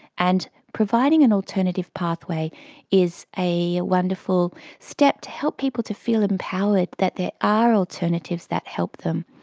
and providing an alternative pathway is a wonderful step to help people to feel empowered that there are alternatives that help them,